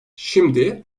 şimdi